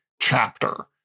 chapter